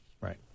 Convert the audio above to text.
Right